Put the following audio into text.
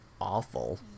awful